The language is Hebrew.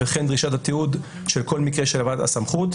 דרישת התיעוד של כל מקרה של בעל הסמכות,